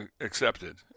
accepted